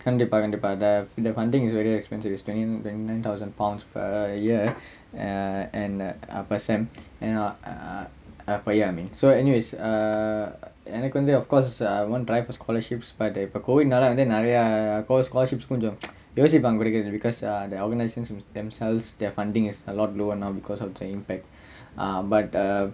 கண்டிப்பா கண்டிப்பா:kandippaa kandippaa the funding is very expensive is twenty thousand pounds a year uh and uh per semester and uh uh per year I mean so anyways uh எனக்கு வந்து:enakku vanthu of course I'm gonna try for scholarships by the இப்ப:ippa COVID னால வந்து நிறைய:naala vanthu niraiya because scholarships கொஞ்சம்:konjam because if I'm going to get it because uh they organise things to themselves their funding is a lot lower now because of the impact uh but uh